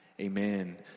amen